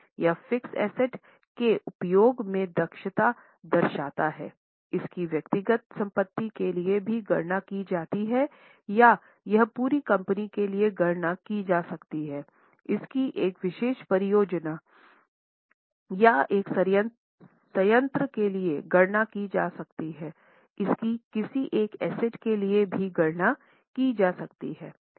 यह fix asset के उपयोग में दक्षता दर्शाता है इसकी व्यक्तिगत संपत्ति के लिए भी गणना की जाती है या यह पूरी कंपनी के लिए गणना की जा सकती है इसकी एक विशेष परियोजना या एक संयंत्र के लिए गणना की जा सकती है इसकी किसी एक एसेट के लिए भी गणना की जा सकती है